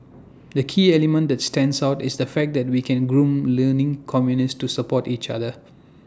the key element that stands out is the fact that we can groom learning communities to support each other